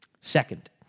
Second